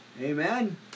amen